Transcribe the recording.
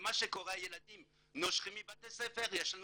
ומה שקורה הילדים נושרים מבתי ספר, ויש לנו